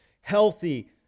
healthy